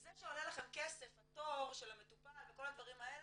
זה שעולה לכם כסף התור של המטופל וכל הדברים האלה